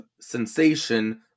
Sensation